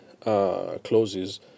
closes